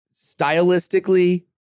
stylistically